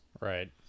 Right